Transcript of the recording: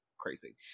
crazy